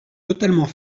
totalement